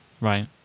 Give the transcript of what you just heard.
Right